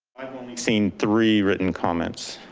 only seen three written comments.